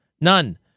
none